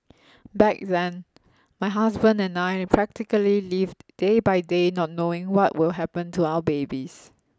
back then my husband and I practically lived day by day not knowing what will happen to our babies